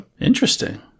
Interesting